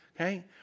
Okay